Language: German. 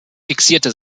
fixierte